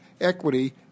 equity